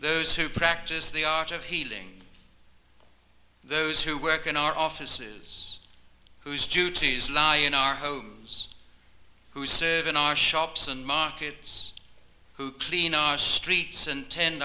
those who practice the art of healing those who work in our offices whose duties lie in our homes who serve in our shops and markets who clean our streets and ten